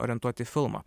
orientuoti filmą